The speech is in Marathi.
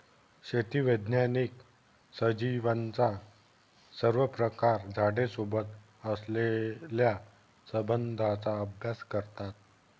शेती वैज्ञानिक सजीवांचा सर्वप्रकारे झाडे सोबत असलेल्या संबंधाचा अभ्यास करतात